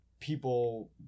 People